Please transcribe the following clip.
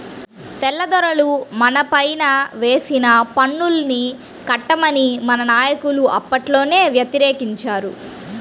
తెల్లదొరలు మనపైన వేసిన పన్నుల్ని కట్టమని మన నాయకులు అప్పట్లోనే వ్యతిరేకించారు